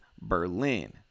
Berlin